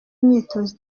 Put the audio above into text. imyitozo